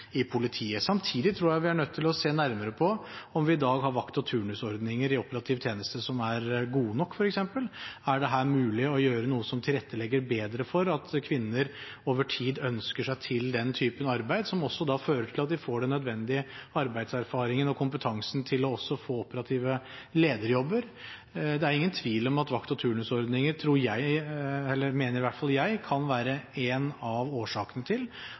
i politiet. Samtidig tror jeg vi er nødt til å se nærmere på om vi i dag har vakt- og turnusordninger i operativ tjeneste som er gode nok, f.eks. Er det her mulig å gjøre noe som tilrettelegger bedre for at kvinner over tid ønsker seg til den typen arbeid, som også fører til at de får den nødvendige arbeidserfaringen og kompetansen til å få operative lederjobber? Det er ingen tvil om at vakt- og turnusordninger – mener i hvert fall jeg – kan være en av årsakene til